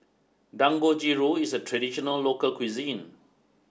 Dangojiru is a traditional local cuisine